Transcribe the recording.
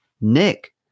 Nick